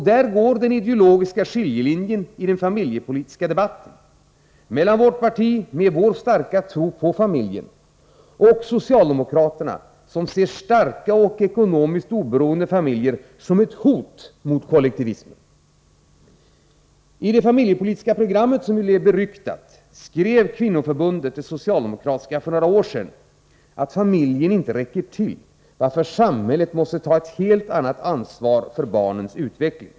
Där går den ideologiska skiljelinjen i den familjepolitiska debatten — mellan å ena sidan vårt parti, med vår starka tro på familjen, och å andra sidan socialdemokraterna, som ser starka och ekonomiskt oberoende familjer som ett hot mot kollektivismen. I det familjepolitiska program som blev beryktat skrev det socialdemokratiska kvinnoförbundet för några år sedan att ”familjen inte räcker till, varför samhället måste ta ett helt annat ansvar för barnens utveckling”.